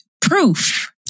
proof